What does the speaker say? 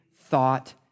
thought